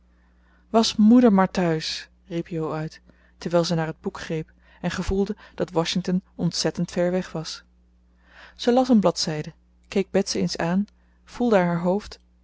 was moeder maar thuis riep jo uit terwijl ze naar het boek greep en gevoelde dat washington ontzettend ver weg was ze las een bladzijde keek bets eens aan voelde haar hoofd